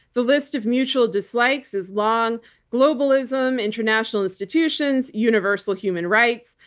the list of mutual dislikes is long globalism, international institutions, universal human rights.